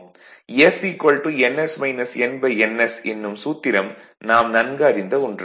s ns என்னும் சூத்திரம் நாம் நன்கு அறிந்த ஒன்று